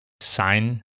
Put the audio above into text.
sign